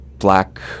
black